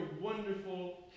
Wonderful